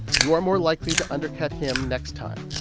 you are more likely to undercut him next time.